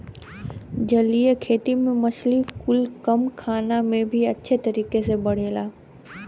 जलीय खेती में मछली कुल कम खाना में भी अच्छे तरीके से बढ़ेले